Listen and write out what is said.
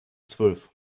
zwölf